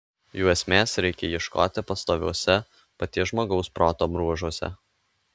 jų esmės reikia ieškoti pastoviuose paties žmogaus proto bruožuose